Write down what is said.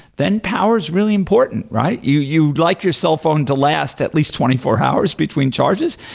then power is really important, right? you you like your cellphone to last at least twenty four hours between charges.